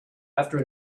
after